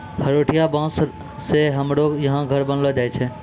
हरोठिया बाँस से हमरो यहा घर बनैलो जाय छै